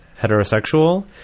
heterosexual